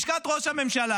לשכת ראש הממשלה,